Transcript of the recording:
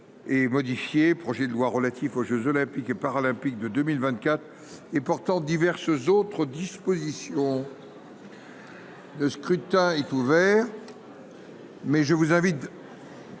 Est modifié, projet de loi relatif aux Jeux olympiques et paralympiques de 2024 et portant diverses autres dispositions. Le scrutin est ouvert. Mais je vous invite.